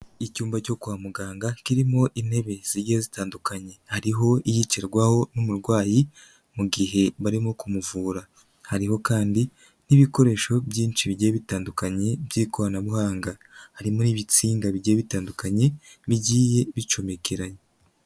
Icyumba cyo kwa muganga kirimo intebe zigiye zitandukanye hariho iyicarwaho n'umurwayi mu gihe barimo kumuvura, hariho kandi n'ibikoresho byinshi bigiye bitandukanye by'ikoranabuhanga harimo n'ibitsinga bigiye bitandukanye bigiye bicomekeranya.